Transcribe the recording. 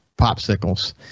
popsicles